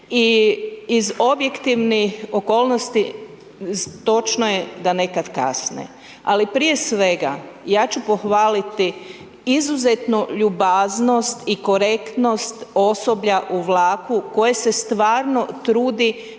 i iz objektivnih okolnosti, točno je da nekad kasne, ali prije svega, ja ću pohvaliti izuzetnu ljubaznosti i korektnost osoblja u vlaku koje se stvarno trudi